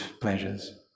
pleasures